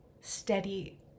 steady